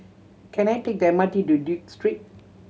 can I take the M R T to Duke Street